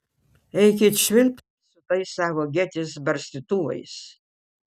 eikit švilpt su tais savo gėtės barstytuvais